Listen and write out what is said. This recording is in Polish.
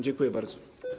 Dziękuję bardzo.